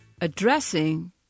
addressing